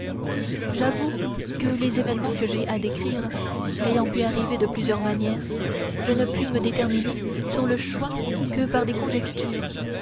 j'avoue que les événements que j'ai à décrire ayant pu arriver de plusieurs manières je ne puis me déterminer sur le choix que par des conjectures